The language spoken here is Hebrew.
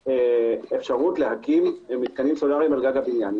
אפשרות להקים מתקנים סולריים על גג הבניין.